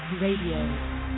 Radio